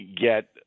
get